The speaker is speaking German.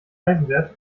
eisenwert